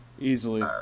Easily